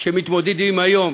הם מתמודדים היום